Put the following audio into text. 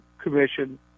commission